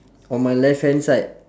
on my left hand side